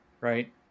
right